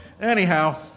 anyhow